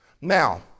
Now